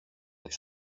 της